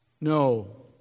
No